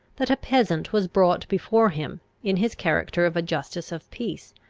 that a peasant was brought before him, in his character of a justice of peace,